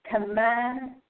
Command